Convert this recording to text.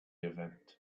event